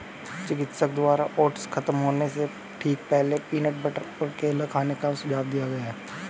चिकित्सक द्वारा ओट्स खत्म होने से ठीक पहले, पीनट बटर और केला खाने का सुझाव दिया गया